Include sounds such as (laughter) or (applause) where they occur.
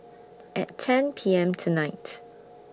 (noise) At ten P M tonight